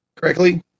correctly